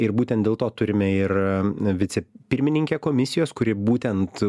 ir būtent dėl to turime ir vicepirmininkę komisijos kuri būtent